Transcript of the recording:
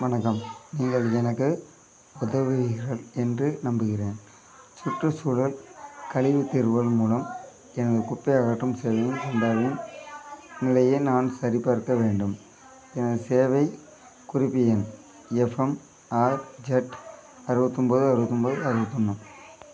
வணக்கம் நீங்கள் எனக்கு உதவுவீர்கள் என்று நம்புகிறேன் சுற்றுச்சூழல் கழிவுத் தீர்வுகள் மூலம் எனது குப்பை அகற்றும் சேவையின் சந்தாவின் நிலையை நான் சரிபார்க்க வேண்டும் எனது சேவைக் குறிப்பு எண் எஃப்எம்ஆர்ஜெட் அறுவத்தொம்பது அறுவத்தொம்பது அறுவத்தொன்று